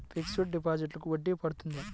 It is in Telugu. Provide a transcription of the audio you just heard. ఫిక్సడ్ డిపాజిట్లకు వడ్డీ పడుతుందా?